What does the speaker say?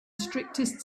strictest